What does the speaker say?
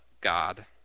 God